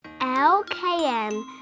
LKM